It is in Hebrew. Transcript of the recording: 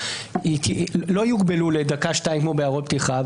לא יוגבלו לדקה-שתיים כמו בהערות פתיחה,